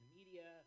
media